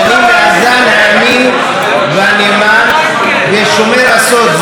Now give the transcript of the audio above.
כי אני מהזן האמין והנאמן ושומר הסוד.